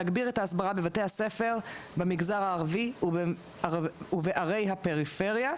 להגביר את ההסברה בבתי הספר במגזר הערבי ובערי הפריפריה,